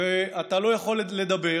אתה לא יכול לדבר.